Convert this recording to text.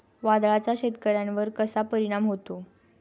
वादळाचा शेतकऱ्यांवर कसा परिणाम होतो?